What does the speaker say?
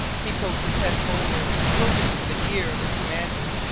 he poked his head forward, groping for the ear of his commander.